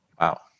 Wow